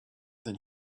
than